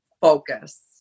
focus